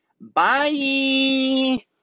Bye